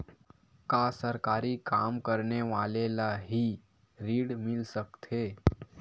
का सरकारी काम करने वाले ल हि ऋण मिल सकथे?